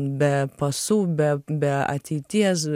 be pasų be be ateities